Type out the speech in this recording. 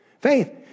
Faith